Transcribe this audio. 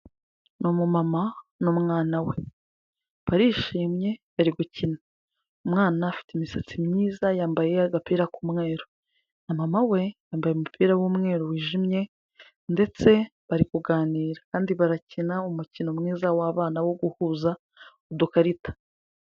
Ni umumama n'umwana we barishimye bari gukina. Umwana afite imisatsi myiza yambaye agapira k'umweru na mama we yambaye umupira w'umweru wijimye ndetse bari kuganira kandi barakina umukino mwiza w'abana wo guhuza udukarita.